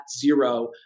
zero